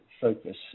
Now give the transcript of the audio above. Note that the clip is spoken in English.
focus